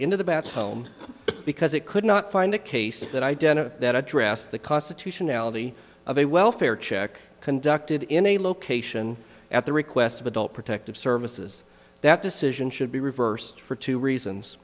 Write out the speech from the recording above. into the batf home because it could not find a case that identified that addressed the constitutionality of a welfare check conducted in a location at the request of adult protective services that decision should be reversed for two reasons